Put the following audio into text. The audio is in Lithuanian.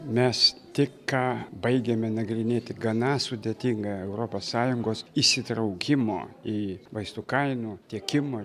mes tik ką baigėme nagrinėti gana sudėtingą europos sąjungos įsitraukimo į vaistų kainų tiekimo